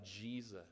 Jesus